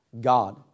God